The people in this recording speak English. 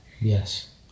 Yes